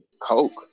Coke